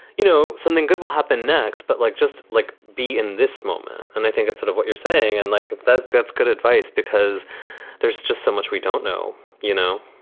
you know, something good will happen next. but like, just like, be in this moment. and i think that's sort of what you're saying and like that. that's good advice, because there's just so much we don't know you know,